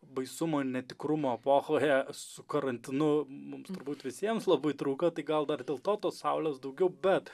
baisumo netikrumo epochoje su karantinu mums turbūt visiems labai trūko tai gal dar dėl to tos saulės daugiau bet